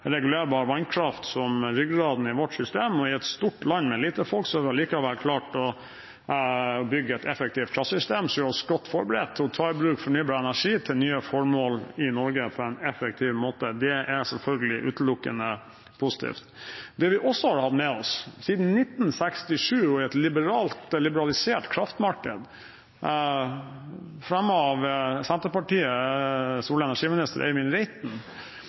et stort land med få folk, og likevel har vi klart å bygge et effektivt kraftsystem som gjør oss godt forberedt til å ta i bruk fornybar energi til nye formål i Norge på en effektiv måte. Det er selvfølgelig utelukkende positivt. Det vi også har hatt med oss inn i dette, er at siden 1967 – og fremmet av et liberalisert kraftmarked under Senterpartiets tidligere olje- og energiminister Eivind Reiten